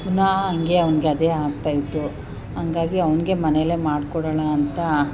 ಪುನಃ ಹಾಗೆ ಅವ್ನಿಗೆ ಅದೇ ಆಗ್ತಾಯಿತ್ತು ಹಂಗಾಗಿ ಅವ್ನಿಗೆ ಮನೇಲೆ ಮಾಡಿಕೊಡೋಣ ಅಂತ